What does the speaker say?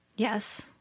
Yes